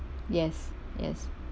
yes yes